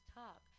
talk